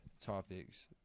Topics